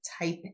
type